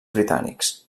britànics